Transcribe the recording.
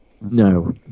No